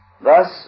Thus